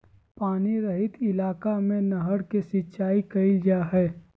पानी रहित इलाका में नहर से सिंचाई कईल जा हइ